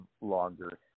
longer